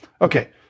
Okay